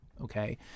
okay